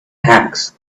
hanks